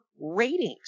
ratings